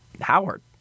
Howard